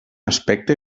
aspecte